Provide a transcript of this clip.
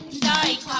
died